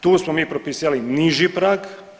Tu smo mi propisivali niži prag.